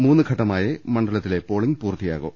മൂന്നു ഘട്ടമായേ മണ്ഡലത്തിലെ പോളിങ് പൂർത്തിയാകൂ